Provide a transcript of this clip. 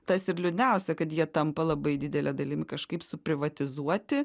tas ir liūdniausia kad jie tampa labai didele dalimi kažkaip suprivatizuoti